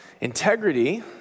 Integrity